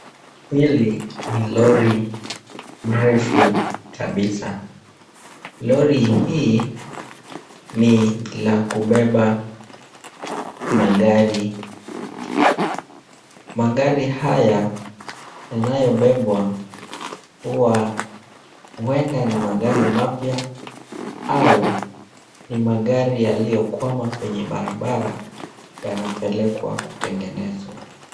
Hili ni lori mrefu kabisa. Lori hii ni la kubeba mageari. Magari haya yanayobebwa huwa huenda ni magari mapya au magari yaliyokwama kwenye barabara yanapelekwa kutengenezwa.